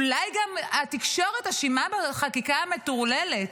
אולי התקשורת אשמה גם בחקיקה המטורללת,